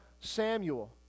Samuel